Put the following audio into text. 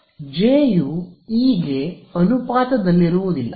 J ಯು E ಗೆ ಅನುಪಾತದಲ್ಲಿರುವುದಿಲ್ಲ